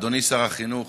אדוני שר החינוך,